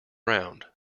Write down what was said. round